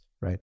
right